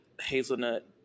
hazelnut